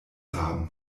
haben